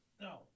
no